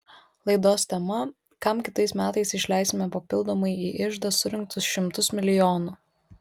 laidos tema kam kitais metais išleisime papildomai į iždą surinktus šimtus milijonų